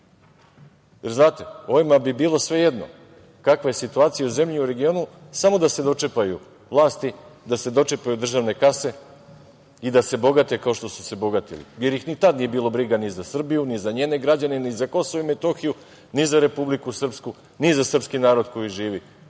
Znate, ovima bi bilo svejedno kakva je situacija u zemlji i u regionu samo da se dočepaju vlasti, da se dočepaju državne kase i da se bogate kao što su se bogatili, jer ih ni tada nije bilo briga ni za Srbiju, ni za njene građane, ni za Kosovo i Metohiju, ni za Republiku Srpsku, ni za srpski narod koji živi